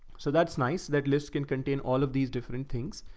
so that's nice that lists can contain all of these different things.